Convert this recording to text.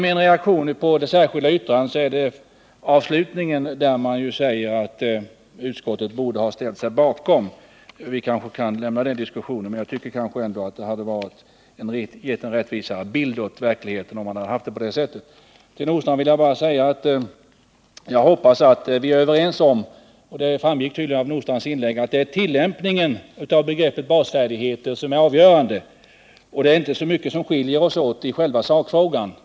Min reaktion på det särskilda yttrandet om betygen gäller avslutningen, där man säger att utskottet borde ha ställt sig bakom yrkandena i de socialdemokratiska motionerna. Vi kanske kan lämna den diskussionen, men jag tycker att det hade gett en mer rättvisande bild av verkligheten om man hade valt att ge uttryck för detta i en reservation. Till Ove Nordstrandh vill jag bara säga att jag hoppas att vi är överens om — och det framgick, tycker jag, av Ove Nordstrandhs inlägg att vi är — att det är tillämpningen av begreppet basfärdigheter som är avgörande. Det är inte så mycket som skiljer oss åt i sakfrågan.